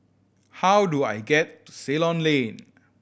how do I get to Ceylon Lane